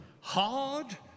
hard